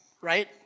Right